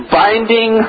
binding